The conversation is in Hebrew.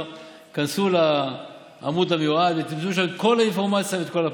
תיכנסו לעמוד המיועד ותראו שם את כל האינפורמציה וכל הפרטים.